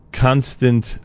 constant